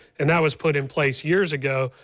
and that was put in place years ago.